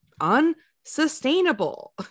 unsustainable